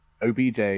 OBJ